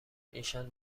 ایشان